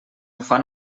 fan